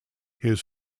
his